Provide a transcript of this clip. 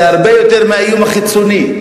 זה הרבה יותר מהאיום החיצוני.